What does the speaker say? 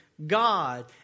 God